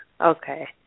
Okay